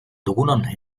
dugunon